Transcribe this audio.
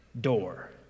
door